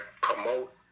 promote